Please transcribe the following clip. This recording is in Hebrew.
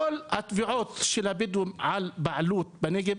כל התביעות של הבדואים על בעלות בנגב,